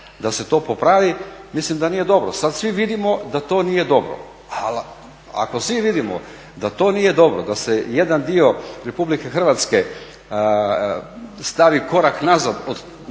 da se to popravi mislim da nije dobro. Sada svi vidimo da to nije dobro. Ali ako svi vidimo da to nije dobro da se jedan dio Republike Hrvatske stavi korak nazad